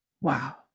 Wow